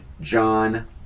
John